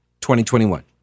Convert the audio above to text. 2021